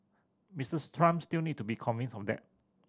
Mister Trump still need to be convinced of that